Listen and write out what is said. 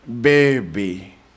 baby